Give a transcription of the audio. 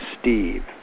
Steve